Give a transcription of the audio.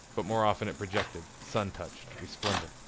but more often it projected, sun-touched, resplendent.